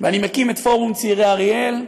ואני מקים את פורום צעירי אריאל.